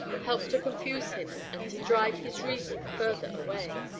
helped to confuse him and to drive his reason further away.